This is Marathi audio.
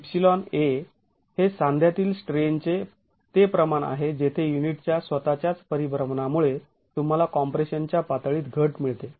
εa हे सांध्यातील स्ट्रेनचे ते प्रमाण आहे जेथे युनिटच्या स्वतःच्याच परिभ्रमणामुळे तुम्हाला कॉम्प्रेशन च्या पातळीत घट मिळते